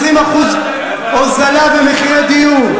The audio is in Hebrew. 20% הורדה במחיר הדיור,